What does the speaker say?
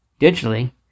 digitally